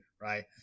right